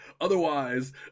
Otherwise